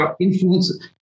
influence